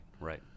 right